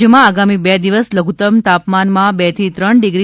રાજ્યમાં આગામી બે દિવસ લધુતમ તાપમાનમાં બે થી ત્રણ ડીગ્રી